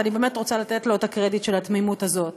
ואני באמת רוצה לתת לו את הקרדיט של התמימות הזאת,